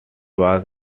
was